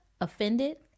offended